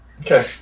Okay